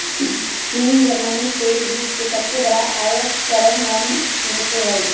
चीन जर्मनी तेल बीज के सबसे बड़ा आयतकरवन में से हई